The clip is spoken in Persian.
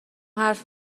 حرف